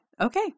Okay